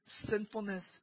sinfulness